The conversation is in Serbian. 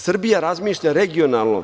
Srbija razmišlja regionalno.